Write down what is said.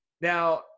Now